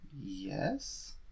Yes